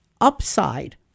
upside